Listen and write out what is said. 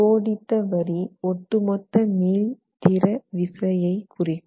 கோடிட்ட வரி ஒட்டுமொத்த மீள்திற விசையை குறிக்கும்